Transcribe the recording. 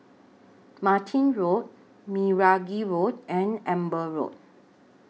Martin Road Meragi Road and Amber Road